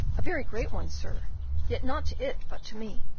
a very great one, sir yet not to it, but to me.